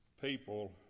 people